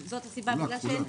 יש רמות.